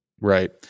right